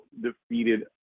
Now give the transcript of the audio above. defeated